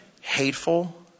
hateful